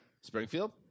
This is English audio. Springfield